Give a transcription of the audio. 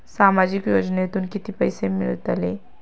सामाजिक योजनेतून किती पैसे मिळतले?